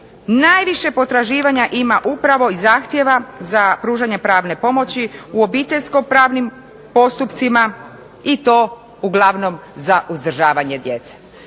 najviše potraživanja ima upravo i zahtjeva za pružanje pravne pomoći u obiteljsko-pravnim postupcima, i to uglavnom za uzdržavanje djece.